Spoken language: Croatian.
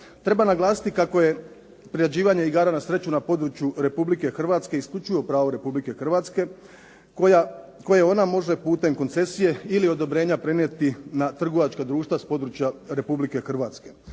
Treba naglasiti kako je priređivanje igara na sreću na području Republike Hrvatske isključivo pravo Republike Hrvatske koje ona može putem koncesije ili odobrenja prenijeti na trgovačka društva s područja Republike Hrvatske.